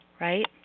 Right